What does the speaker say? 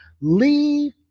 leave